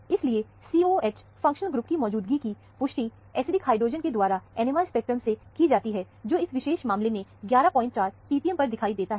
इसीलिए COOH functional group की मौजूदगी की पुष्टि एसिडिक हाइड्रोजन के द्वारा NMR स्पेक्ट्रम से की जाती है जो इस विशेष मामले में 114 ppm पर दिखाई देता है